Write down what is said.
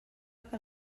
que